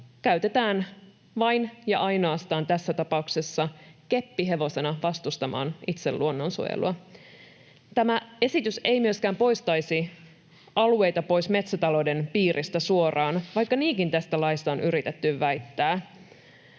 käytetään tässä tapauksessa vain ja ainoastaan keppihevosena vastustamaan itse luonnonsuojelua. Tämä esitys ei myöskään poistaisi alueita metsätalouden piiristä suoraan, vaikka niinkin tästä laista on yritetty väittää.